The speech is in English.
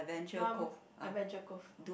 some Adventure Cove